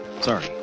sorry